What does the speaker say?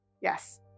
Yes